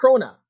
Crona